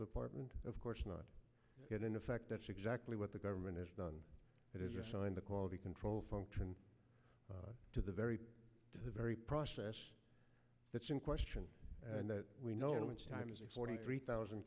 department of course not get in effect that's exactly what the government has done it is assigned the quality control function to the very very process that's in question and that we know which times is forty three thousand